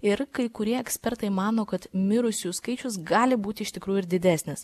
ir kai kurie ekspertai mano kad mirusiųjų skaičius gali būti iš tikrųjų ir didesnis